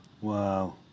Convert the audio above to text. Wow